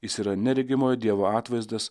jis yra neregimojo dievo atvaizdas